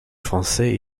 français